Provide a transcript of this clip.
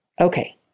Okay